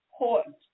important